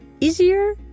easier